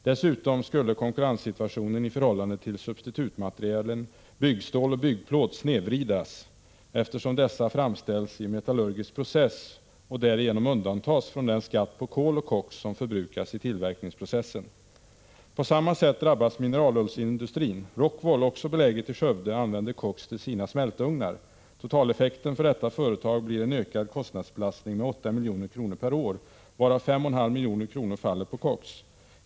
Dessutom skulle konkurrenssituationen i förhållande till substitutmaterialen byggstål och byggplåt snedvridas, eftersom dessa framställs i metallurgisk process och därigenom undantas från den skatt på den kol och koks som förbrukas i tillverkningsprocessen. På samma sätt drabbas mineralullsindustrin. Rockwool, också beläget i Skövde, använder koks till sina smältugnar. Totaleffekten för detta företag blir en ökad kostnadsbelastning med 8 milj.kr. per år, varav 5,5 milj.kr. faller på koks.